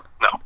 no